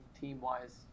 team-wise